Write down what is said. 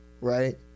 Right